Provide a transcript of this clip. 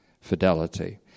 fidelity